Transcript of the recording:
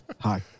Hi